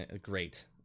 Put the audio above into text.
Great